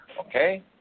okay